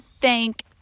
thank